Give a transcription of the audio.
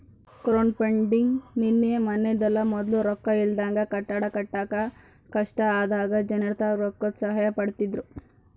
crowdfunding ನಿನ್ನೆ ಮನ್ನೆದಲ್ಲ, ಮೊದ್ಲು ರೊಕ್ಕ ಇಲ್ದಾಗ ಕಟ್ಟಡ ಕಟ್ಟಾಕ ಕಷ್ಟ ಆದಾಗ ಜನರ್ತಾಕ ರೊಕ್ಕುದ್ ಸಹಾಯ ಪಡೀತಿದ್ರು